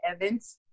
Evans